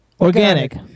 Organic